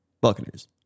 Buccaneers